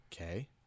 Okay